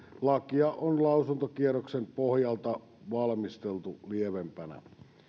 lakia on lausuntokierroksen pohjalta valmisteltu lievempänä